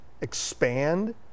expand